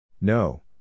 No